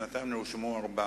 בינתיים נרשמו שבעה.